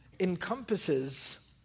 encompasses